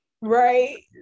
right